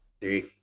three